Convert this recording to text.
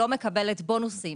לא מקבלת בונוסים,